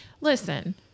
listen